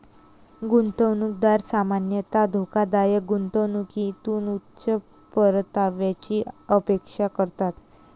गुंतवणूकदार सामान्यतः धोकादायक गुंतवणुकीतून उच्च परताव्याची अपेक्षा करतात